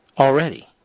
Already